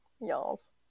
Y'all's